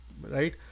right